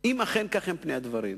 אם אכן כאלה הם פני הדברים.